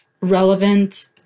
relevant